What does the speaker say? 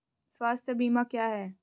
स्वास्थ्य बीमा क्या है?